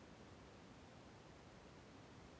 ನಿಧಿ ವರ್ಗಾವಣೆ ಅಂದರೆ ಏನು?